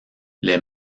les